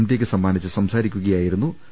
tick സമ്മാനിച്ച് സംസാരിക്കുകയായിരുന്നു അദ്ദേഹം